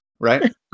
Right